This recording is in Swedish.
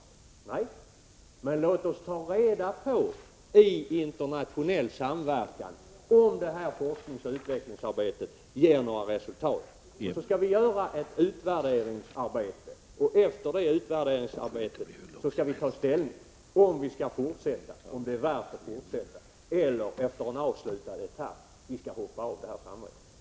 Nej, men låt oss i internationell samverkan ta reda på om detta forskningsoch utvecklingsarbete ger några resultat. Först skall vi göra ett utvärderingsarbete, och därefter skall vi ta ställning till om det är värt att fortsätta, eller om vi efter en avslutad etapp skall hoppa av samarbetet.